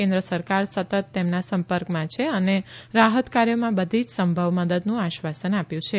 કેન્દ્ર સરકાર સતત તેમના સંપર્કમાં છે અને રાહ્ત કાર્યોમાં બધી જ સંભવ મદદનું આશ્વાસન આપ્યું છે